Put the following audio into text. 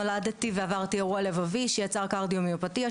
נולדתי ועברתי אירוע לבבי שיצר קרדיומיופתיה,